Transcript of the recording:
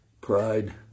Pride